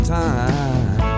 time